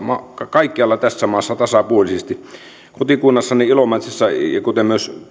kaikkialla tässä maassa tasapuolisesti kotikunnassani ilomantsissa kuten myös